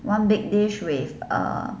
one big dish with uh